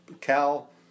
Cal